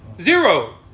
Zero